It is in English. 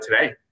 today